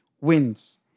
wins